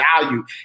value